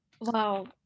Wow